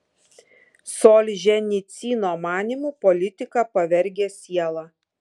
solženicyno manymu politika pavergia sielą